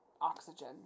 oxygen